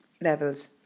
levels